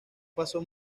pasó